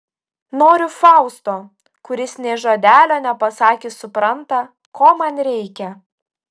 noriu fausto kuris nė žodelio nepasakius supranta ko man reikia